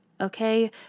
okay